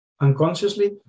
unconsciously